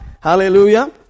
Hallelujah